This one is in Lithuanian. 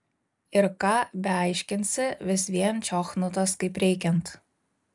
ir ką beaiškinsi vis vien čiochnutas kaip reikiant